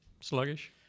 sluggish